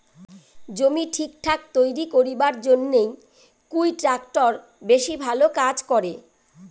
জমি ঠিকঠাক তৈরি করিবার জইন্যে কুন ট্রাক্টর বেশি ভালো কাজ করে?